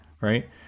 Right